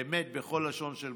באמת בכל לשון של בקשה,